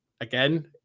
again